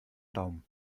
daumen